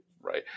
right